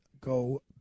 go